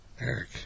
Eric